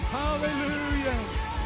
hallelujah